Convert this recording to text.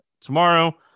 tomorrow